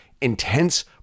intense